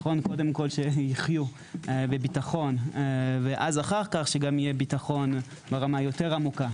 קודם כל שיחיו בביטחון ואחר כך שיהיה גם ביטחון ברמה יותר עמוקה,